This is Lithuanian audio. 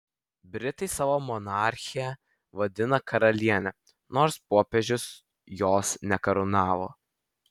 britai savo monarchę vadina karaliene nors popiežius jos nekarūnavo